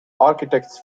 architect’s